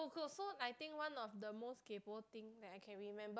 oh so so I think one of the most kaypoh thing that I can remember now